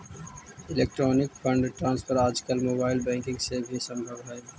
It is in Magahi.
इलेक्ट्रॉनिक फंड ट्रांसफर आजकल मोबाइल बैंकिंग से भी संभव हइ